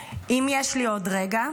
אם יש לי עוד רגע,